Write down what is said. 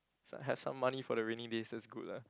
s~ have some money for the rainy days is good lah